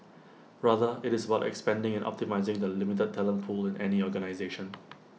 rather IT is about expanding and optimising the limited talent pool in any organisation